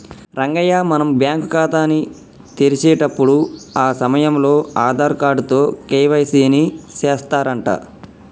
రంగయ్య మనం బ్యాంకు ఖాతాని తెరిచేటప్పుడు ఆ సమయంలో ఆధార్ కార్డు తో కే.వై.సి ని సెత్తారంట